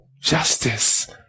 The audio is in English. justice